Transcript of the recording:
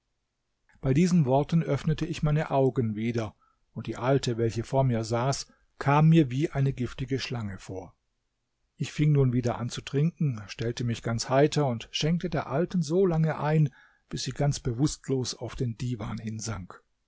bei diesen worten öffnete ich meine augen wieder und die alte welche vor mir saß kam mir wie eine giftige schlange vor ich fing nun wieder an zu trinken stellte mich ganz heiter und schenkte der alten solange ein bis sie ganz bewußtlos auf den diwan hinsank